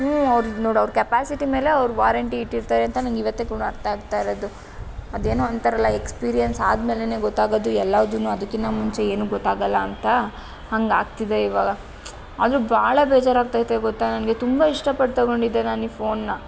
ಹ್ಞೂ ಅವ್ರದು ನೋಡು ಅವರ ಕೆಪ್ಯಾಸಿಟಿ ಮೇಲೆ ಅವರ ವಾರಂಟಿ ಇಟ್ಟಿರ್ತಾರೆ ಅಂತ ನನಗಿವತ್ತೇ ಕೂಡ ಅರ್ಥ ಆಗ್ತಾ ಇರೋದು ಅದೇನೋ ಅಂತಾರಲ್ಲ ಎಕ್ಸ್ಪೀರಿಯೆನ್ಸ್ ಆದ್ಮೇಲೆ ಗೊತ್ತಾಗೋದು ಎಲ್ಲಾದು ಅದುಕ್ಕಿನ ಮುಂಚೆ ಏನೂ ಗೊತ್ತಾಗಲ್ಲ ಅಂತ ಹಾಗಾಗ್ತಿದೆ ಈವಾಗ ಆದರೂ ಭಾಳ ಬೇಜಾರಾಗ್ತೈತೆ ಗೊತ್ತಾ ನನಗೆ ತುಂಬ ಇಷ್ಟಪಟ್ಟು ತೊಗೊಂಡಿದ್ದೆ ನಾನೀ ಫೋನನ್ನ